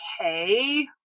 okay